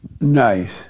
Nice